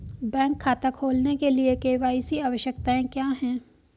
Bank खाता खोलने के लिए के.वाई.सी आवश्यकताएं क्या हैं?